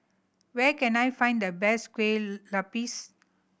where can I find the best kueh lupis